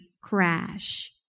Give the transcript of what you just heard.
crash